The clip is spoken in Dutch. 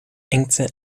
engte